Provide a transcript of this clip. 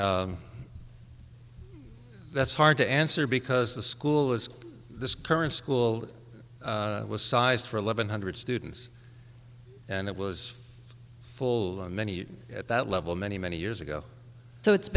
that's hard to answer because the school is this current school that was sized for eleven hundred students and it was full of many at that level many many years ago so it's